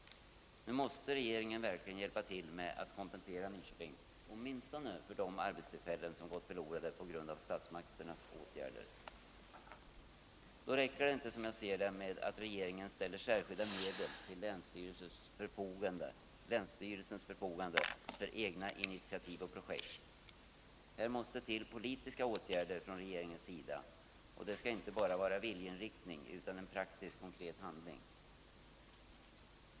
Nu måste regeringen verkligen hjälpa till med att kompensera Nyköping, åtminstone för de arbetstillfällen som gått förlorade på grund av statsmakternas åtgärder. Då räcker det inte, som jag ser det, med att regeringen ställer särskilda medel till länsstyrelsens förfogande för egna initiativ och projekt. Här måste till politiska åtgärder från regeringens sida, och det skall inte bara vara viljeinriktning utan praktisk konkret handling.